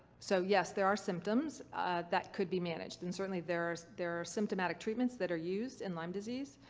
so yes, there are symptoms that could be managed and certainly there are there are symptomatic treatments that are used in lyme disease.